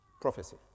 prophecy